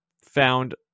found